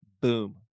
boom